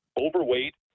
overweight